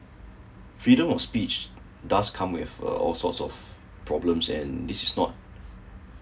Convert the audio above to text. freedom of speech does come with uh all source of problems and it is not